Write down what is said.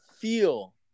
feel